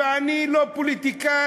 ואני לא פוליטיקאי,